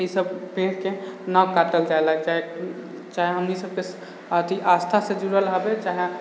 ईसब पेड़ के ना काटल जाला चाहे हमनीसबके आस्था से जुड़ल हाबे चाहे